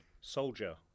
Soldier